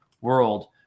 world